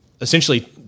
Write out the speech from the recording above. Essentially